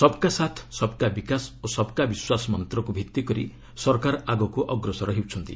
ସବ୍କା ସାଥ୍ ସବ୍କା ବିକାଶ ଓ ସବ୍କା ବିଶ୍ୱାସ ମନ୍ତ୍ରକୁ ଭିତ୍ତିକରି ସରକାର ଆଗକୁ ଅଗ୍ରସର ହେଉଛନ୍ତି